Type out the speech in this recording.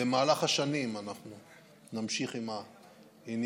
במהלך השנים נמשיך עם העניין.